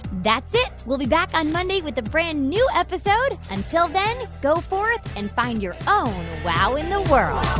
that's it. we'll be back on monday with a brand new episode. until then, go forth and find your own wow in the world